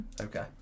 Okay